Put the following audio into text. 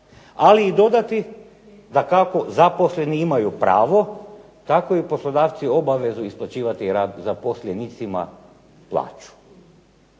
ali i dodati dakako zaposleni imaju pravo tako i poslodavci obavezu isplaćivati zaposlenicima plaću.